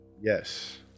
Yes